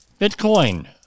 Bitcoin